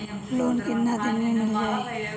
Loan कितना दिन में मिल जाई?